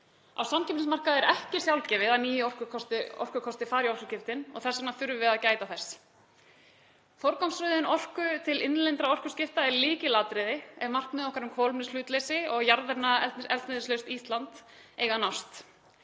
Á samkeppnismarkaði er ekki sjálfgefið að nýir orkukostir fari í orkuskiptin og þess vegna þurfum við að gæta þess. Forgangsröðun orku til innlendra orkuskipta er lykilatriði ef markmið okkar um kolefnishlutleysi og jarðefnaeldsneytislaust Ísland eiga að nást.